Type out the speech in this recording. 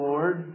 Lord